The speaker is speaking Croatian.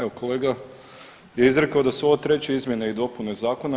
Evo, kolega je izrekao da su ovo 3. izmjene i dopune Zakona.